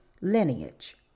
lineage